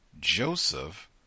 Joseph